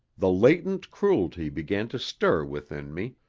the latent cruelty began to stir within me,